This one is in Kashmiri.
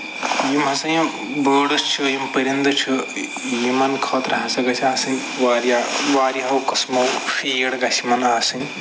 یِم ہسا یِم بٲڈٕس چھِ یِم پٔرِنٛدٕ چھِ یِمَن خٲطرٕ ہسا گژھِ آسٕنۍ واریاہ وارِہو قٕسمو فیٖڈ گژھِ یِمَن آسٕنۍ